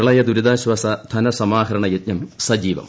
പ്രളയദൂരിതാശ്വാസ ധനസമാഹരണയജ്ഞം സജീവം